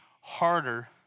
harder